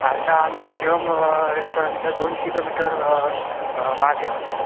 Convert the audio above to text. आता आम्ही शिवम रेस्टॉरंटच्या दोन किलोमीटर मागे आहोत